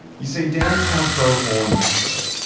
you see, dairy cows grow horns naturally.